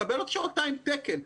מקבל עוד שעתיים תקן,